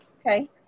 Okay